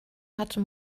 hatte